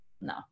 no